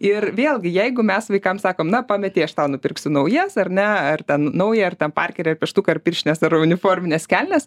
ir vėlgi jeigu mes vaikams sakom na pametei aš tau nupirksiu naujas ar ne ten naują ar ten parkerį pieštuką ar pirštines ar uniformines kelnes